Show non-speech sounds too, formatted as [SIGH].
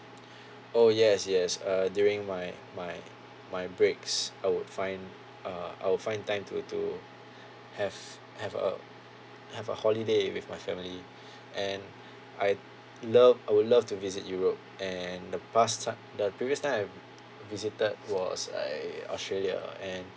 [BREATH] oh yes yes err during my my my breaks I would find uh I'll find time to to have have uh have a holiday with my family [BREATH] and I'd love I would love to visit europe and the past time the previous time I've visited was err australia and